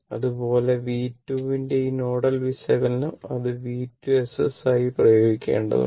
അതുപോലെ v2 ന്റെ ഈ നോഡൽ വിശകലനം അത് v2 ss ആയി പ്രയോഗിക്കേണ്ടതുണ്ട്